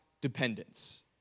dependence